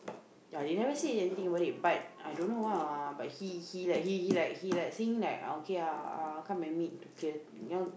ya they never say anything about it but I don't know ah but he he like he he like he like saying like ah okay ah come and meet Pierre you know